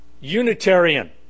Unitarian